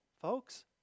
folks